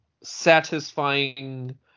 satisfying